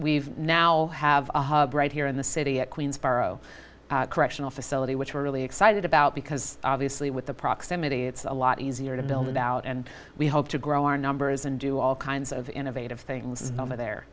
we've now have a right here in the city at queens borough correctional facility which we're really excited about because obviously with the proximity it's a lot easier to build about and we hope to grow our numbers and do all kinds of innovative things over there